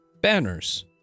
banners